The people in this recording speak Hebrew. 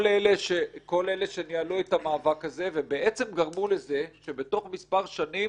כל אלה שניהלו את המאבק הזה ובעצם גרמו לזה שבתוך מספר שנים